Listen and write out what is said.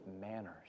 manners